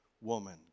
Woman